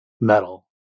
metal